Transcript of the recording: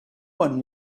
one